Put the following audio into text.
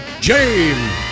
James